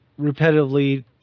repetitively